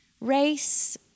race